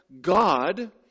God